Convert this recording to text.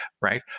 right